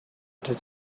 does